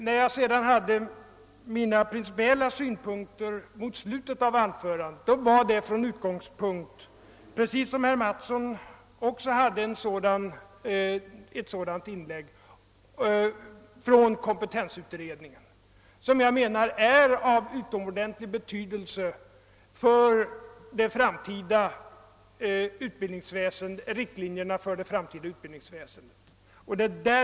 När jag sedan tog upp mina principiella synpunkter mot slutet av anförandet, tog jag därvid kompetensutredningen till utgångspunkt — herr Mattsson gjorde det också i sitt inlägg. Jag anser att dessa synpunkter har utomordentlig betydelse då det gäller riktlinjerna för det framtida utbildningsväsendet.